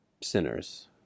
sinners